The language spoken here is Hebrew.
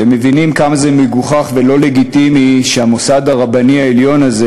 אתם מבינים כמה זה מגוחך ולא לגיטימי שהמוסד הרבני העליון הזה,